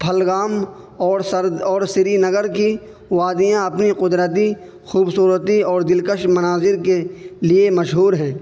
پھلگام اور اور سری نگر کی وادیاں اپنی قدرتی خوبصورتی اور دلکش مناظر کے لیے مشہور ہیں